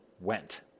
went